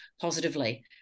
positively